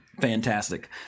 fantastic